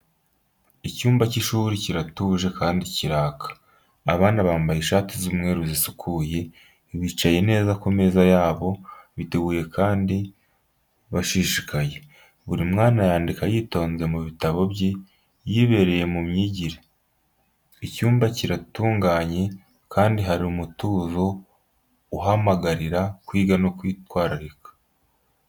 Icyumba cy’ishuri kiratuje kandi kiraka. Abana bambaye ishati z’umweru zisukuye, bicaye neza ku meza yabo, biteguye kandi bashishikaye. Buri mwana yandika yitonze mu bitabo bye, yibereye mu myigire. Icyumba kiratunganye kandi hari umutuzo uhamagarira kwiga no kwitwararika.